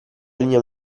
linea